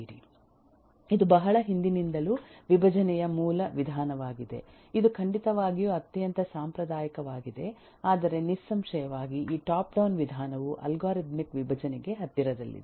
ಇದು ಬಹಳ ಹಿಂದಿನಿಂದಲೂ ವಿಭಜನೆಯ ಮೂಲ ವಿಧಾನವಾಗಿದೆ ಇದು ಖಂಡಿತವಾಗಿಯೂ ಅತ್ಯಂತ ಸಾಂಪ್ರದಾಯಿಕವಾಗಿದೆ ಆದರೆ ನಿಸ್ಸಂಶಯವಾಗಿ ಈ ಟಾಪ್ ಡೌನ್ ವಿಧಾನವು ಅಲ್ಗಾರಿದಮಿಕ್ ವಿಭಜನೆಗೆ ಹತ್ತಿರದಲ್ಲಿದೆ